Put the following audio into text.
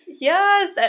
Yes